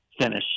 finish